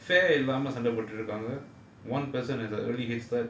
இல்லாம சண்ட போட்டுட்டு இருப்பாங்க:illaama sanda pottutu irupaanga one person has a early headstart